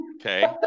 Okay